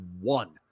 one